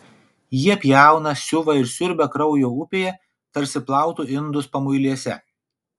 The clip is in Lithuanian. jie pjauna siuva ir siurbia kraujo upėje tarsi plautų indus pamuilėse